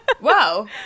Wow